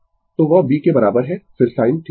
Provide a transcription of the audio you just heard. Refer Slide Time 1008 तो वह B के बराबर है फिर sin θ